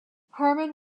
herman